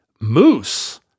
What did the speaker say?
moose